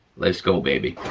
let's go baby.